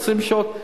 20 שעות,